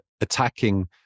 attacking